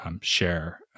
share